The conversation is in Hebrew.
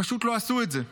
פשוט לא עשו את זה.